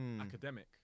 academic